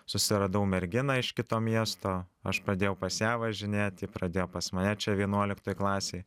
susiradau merginą iš kito miesto aš pradėjau pas ją važinėti ji pradėjo pas mane čia vienuoliktoj klasėj